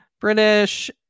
british